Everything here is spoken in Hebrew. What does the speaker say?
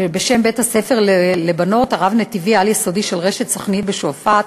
בשם בית-הספר לבנות הרב-נתיבי העל-יסודי של רשת סח'נין בשועפאט.